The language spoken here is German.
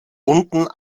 unten